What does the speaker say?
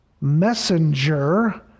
messenger